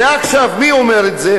ועכשיו מי אומר את זה?